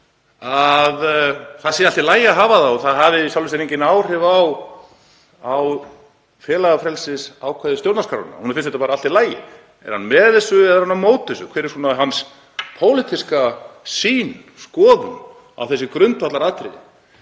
það sé allt í lagi að hafa það og það hafi í sjálfu sér engin áhrif á félagafrelsisákvæði stjórnarskrárinnar, honum finnist þetta bara allt í lagi? Er hann með þessu eða er hann á móti þessu? Hver er hans pólitíska sýn og skoðun á þessu grundvallaratriði?